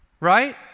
right